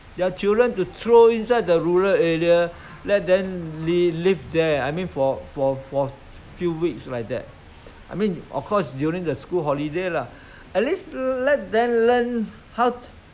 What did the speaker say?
how to how how to get the thing out I mean how to get the how to plant this or how to plant that or maybe how to play with a kid you see you see the kid at the working I mean the li~ in the living condition how